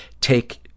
take